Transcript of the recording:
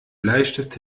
bleistift